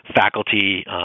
faculty